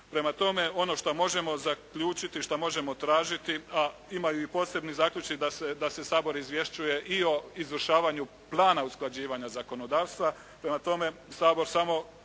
Prema tome, ono što možemo zaključiti, što možemo tražiti a imaju i posebni zaključci da se Sabor izvješćuje i o izvršavanju plana usklađivanja zakonodavstva. Prema tome, Sabor samo